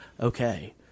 okay